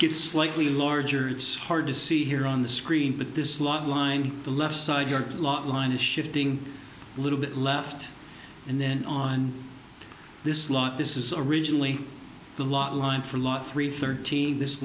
get slightly larger it's hard to see here on the screen but this last line the left side yard lot line is shifting a little bit left and then on this lot this is originally the last line from la three thirteen this